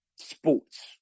sports